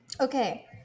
Okay